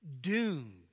doomed